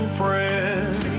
friends